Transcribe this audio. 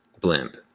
Blimp